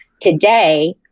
Today